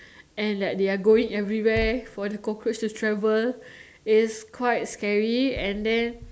and that they are going everywhere for the cockroach to travel it's quite scary and then